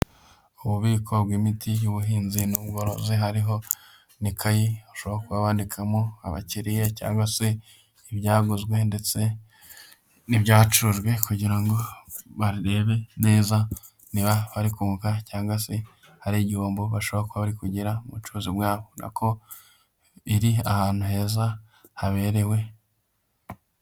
Ububiko bw'imiti y'ubuhinzi n'ubworozi, hariho n'ikayi ushobora kuba wandikamo abakiriya cyangwa se ibyaguzwe ndetse n'ibyacurujwe, kugira ngo barebe neza niba bari kunguka cyangwa se hari igihombo bashobora kuba bari kugira mu bucuruzi bwabo. Ubona ko iri ahantu heza haberewe.